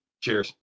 Cheers